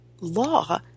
law